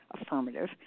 affirmative